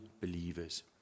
believers